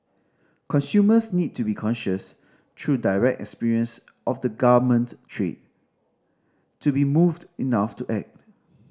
consumers need to be conscious through direct experience of the garment trade to be moved enough to act